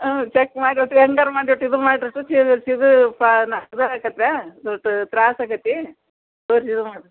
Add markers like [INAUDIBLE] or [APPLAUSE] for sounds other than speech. ಹ್ಞೂ ಚೆಕ್ ಮಾಡಿರಿ ಒಟ್ಟು ಹೆಂಗಾರೂ ಮಾಡಿ ಒಟ್ಟು ಇದು ಮಾಡಿರಿ [UNINTELLIGIBLE] ತ್ರಾಸು ಆಗೈತಿ [UNINTELLIGIBLE]